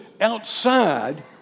outside